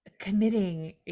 committing